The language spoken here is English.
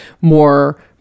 more